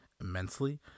immensely